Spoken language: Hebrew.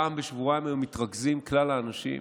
פעם בשבועיים היו מתרכזים כלל האנשים